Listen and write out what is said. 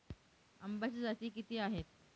आंब्याच्या जाती किती आहेत?